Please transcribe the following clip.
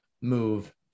Move